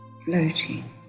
floating